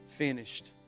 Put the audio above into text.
Finished